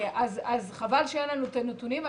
אז חבל שאין לנו את הנתונים.